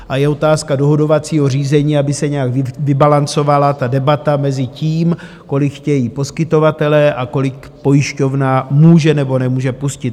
A je otázka dohodovacího řízení, aby se nějak vybalancovala debata mezi tím, kolik chtějí poskytovatelé a kolik pojišťovna může nebo nemůže pustit.